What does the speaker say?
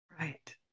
Right